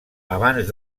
abans